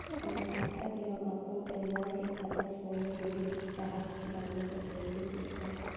हमार खाता के हम अपना परिवार के खाता संगे जोड़े चाहत बानी त कईसे जोड़ पाएम?